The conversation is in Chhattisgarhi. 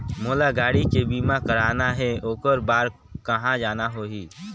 मोला गाड़ी के बीमा कराना हे ओकर बार कहा जाना होही?